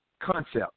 concept